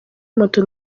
moto